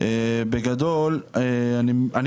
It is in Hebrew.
מה אתה